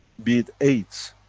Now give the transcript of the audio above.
be it aids,